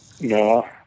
No